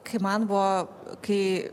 kai man buvo kai